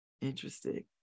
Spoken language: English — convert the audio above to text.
Interesting